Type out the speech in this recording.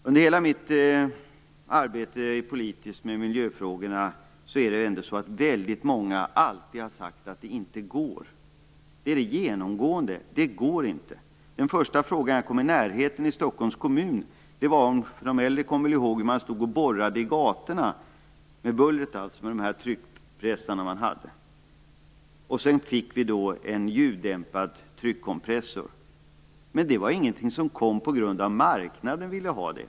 Under hela mitt politiska arbete med miljöfrågor har det alltid varit många som sagt att det inte går. Det har varit genomgående. Det går inte, har man sagt. Den första fråga jag kom i närheten av i Stockholms kommun - de äldre kommer väl ihåg det - gällde bullret när man borrade i gatorna med tryckpressar. Sedan fick man ljuddämpade tryckkompressorer. Men de kom inte därför att marknaden ville ha dem.